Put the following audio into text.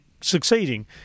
succeeding